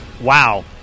wow